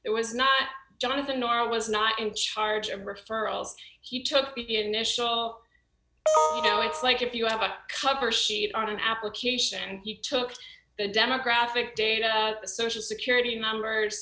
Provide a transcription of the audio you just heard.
it was not jonathan nor i was not in charge of referrals he took the initial you know it's like if you have a cover sheet on an application and you took the demographic data the social security numbers